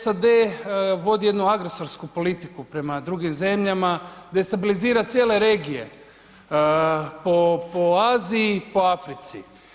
SAD vodi jednu agresorsku politiku prema drugim zemljama, destabilizira cijele regije po Aziji i po Africi.